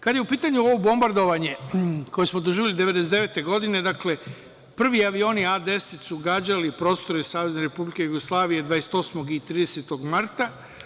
Kada je u pitanju ovo bombardovanje koje smo doživeli 1999. godine, prvi avioni A-10 su gađali prostore Savezne Republike Jugoslavije 28. i 30. marta.